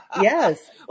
Yes